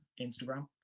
instagram